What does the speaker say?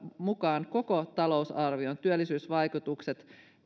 mukaan koko talousarvion työllisyysvaikutukset